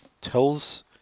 tells